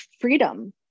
freedom